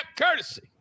courtesy